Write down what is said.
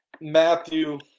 Matthew